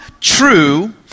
true